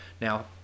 now